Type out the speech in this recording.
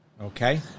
Okay